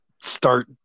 start